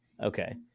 Okay